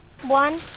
One